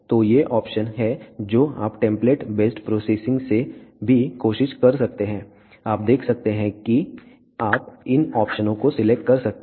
तो ये ऑप्शन हैं जो आप टेम्पलेट बेस्ड प्रोसेसिंग से भी कोशिश कर सकते हैं आप देख सकते हैं कि आप इन ऑप्शनों को सिलेक्ट कर सकते हैं